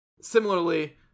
Similarly